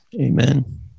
Amen